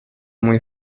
muy